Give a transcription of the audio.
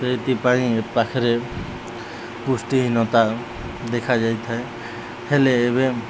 ସେଥିପାଇଁ ପାଖରେ ପୁଷ୍ଟିହୀନତା ଦେଖାଯାଇଥାଏ ହେଲେ ଏବେ